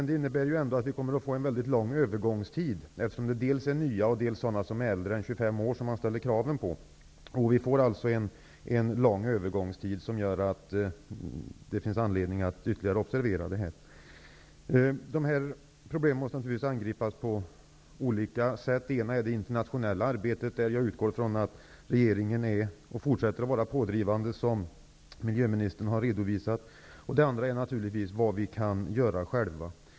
Det innebär ändå en lång övergångstid, eftersom det är dels nya fartyg, dels fartyg äldre än 25 år som det ställs krav på. Det gör att det finns anledning att ytterligare observera detta. De här problemen måste naturligtvis angripas på olika sätt. Det ena är det internationella arbetet, där jag utgår från att regeringen är och fortsätter att vara pådrivande, som miljöministern redovisade. Det andra är naturligtvis vad vi kan göra själva.